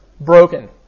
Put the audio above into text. broken